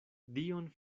dion